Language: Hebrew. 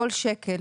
כל שקל